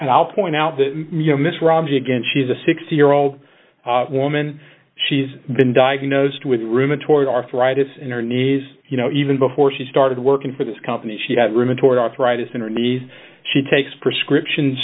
point out that you know miss romsey again she's a sixty year old woman she's been diagnosed with rheumatoid arthritis in her knees you know even before she started working for this company she had rheumatoid arthritis in her knees she takes prescription